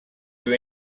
you